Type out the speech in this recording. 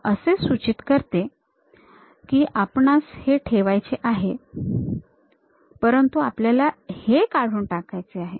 हे असे सूचित करते की आपणास हे ठेवायचे आहे परंतु आपल्याला हे काढून टाकायचे आहे